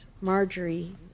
Marjorie